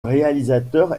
réalisateur